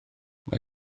mae